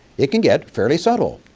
it can get fairly subtle.